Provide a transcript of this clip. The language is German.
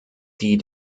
die